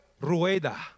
Rueda